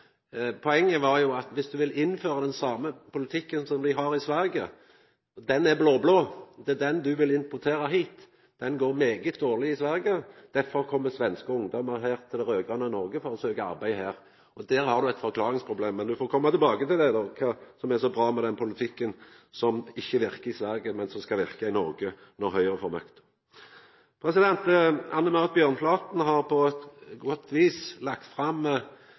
Poenget var at du vil innføra den same politikken som dei har i Sverige – han er blå-blå, og det er han du vil importera hit – han går veldig dårleg i Sverige, og derfor kjem ungdomar hit til det raud-grøne Noreg for å søkja arbeid. Der har du eit forklaringsproblem, men du får koma tilbake til det som er så bra med den politikken som ikkje verkar i Sverige, men som skal verka i Noreg når Høgre får makt. Anne Marit Bjørnflaten har på godt vis lagt fram